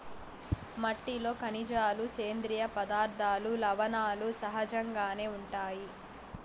మట్టిలో ఖనిజాలు, సేంద్రీయ పదార్థాలు, లవణాలు సహజంగానే ఉంటాయి